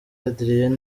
adrien